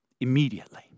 Immediately